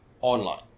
online